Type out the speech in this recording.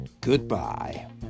Goodbye